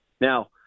Now